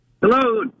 Hello